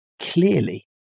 Clearly